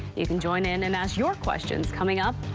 you can join in and ask your questions coming up.